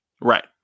Right